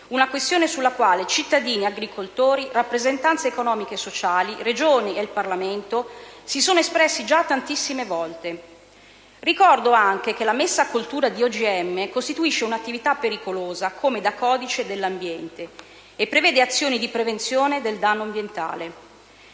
una questione sulla quale cittadini e agricoltori, rappresentanze economiche e sociali, Regioni e Parlamento si sono espressi già tantissime volte. Ricordo anche che la messa a coltura di OGM costituisce un'attività pericolosa, come da codice dell'ambiente, e prevede azioni di prevenzione del danno ambientale.